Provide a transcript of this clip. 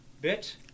bit